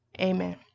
amen